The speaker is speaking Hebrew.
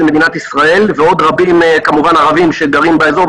מדינת ישראל ועוד רבים כמובן ערבים שגרים באזור.